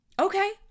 Okay